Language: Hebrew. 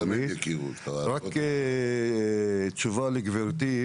רק תשובה לגברתי.